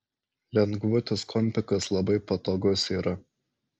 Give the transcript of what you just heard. lengvutis kompikas labai patogus yra